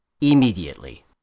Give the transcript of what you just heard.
immediately